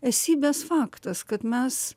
esybės faktas kad mes